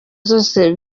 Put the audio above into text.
zose